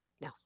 No